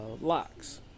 locks